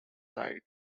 side